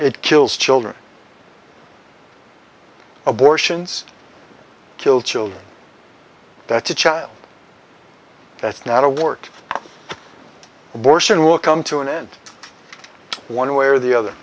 it kills children abortions kill children that's a child that's not a work abortion will come to an end one way or the other